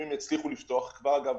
אם הם יצליחו לפתוח אגב,